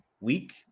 week